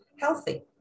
healthy